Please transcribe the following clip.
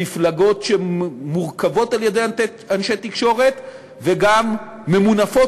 במפלגות שמורכבות על-ידי אנשי תקשורת וגם ממונפות